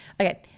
Okay